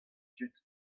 tud